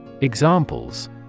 Examples